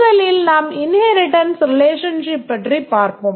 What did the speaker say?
முதலில் நாம் inheritance relationship பற்றி பார்ப்போம்